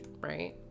right